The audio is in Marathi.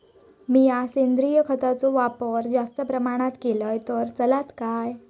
मीया सेंद्रिय खताचो वापर जास्त प्रमाणात केलय तर चलात काय?